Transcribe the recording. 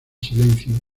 silencio